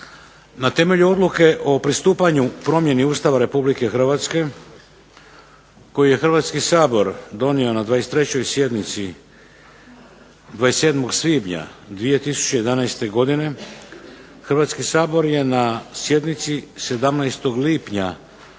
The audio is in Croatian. Na temelju Odluke o pristupanju promjeni Ustava Republike Hrvatske koju je Hrvatski sabor donio na 23. sjednici 27. svibnja 2011. godine Hrvatski sabor je na sjednici 17. lipnja